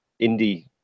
indie